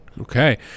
Okay